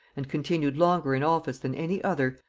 and continued longer in office than any other,